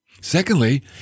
Secondly